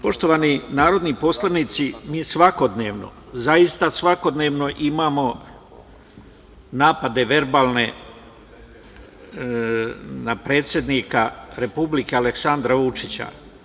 Poštovani narodni poslanici, mi svakodnevno, zaista svakodnevno imamo napade verbalne na predsednika Republike, Aleksandra Vučića.